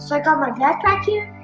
so got my backpack here.